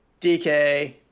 DK